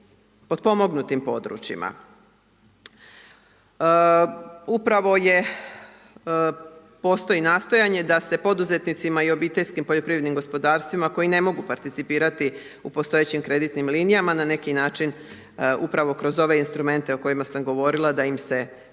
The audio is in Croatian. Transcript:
potpomognutim područjima. Upravo je, postoji nastojanje da se poduzetnicima i obiteljskim poljoprivrednim gospodarstvima koji ne mogu participirati u postojećim kreditnim linijama na neki način upravo kroz ove instrumente o kojima sam govorila da im se